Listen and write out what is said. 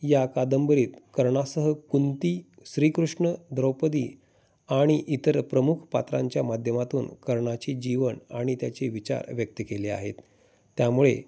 या कादंबरीत कर्णासह कुंती श्रीकृष्ण द्रोपदी आणि इतर प्रमुख पात्रांच्या माध्यमातून कर्णाची जीवन आणि त्याचे विचार व्यक्त केले आहेत त्यामुळे